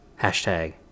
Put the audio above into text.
hashtag